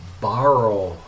borrow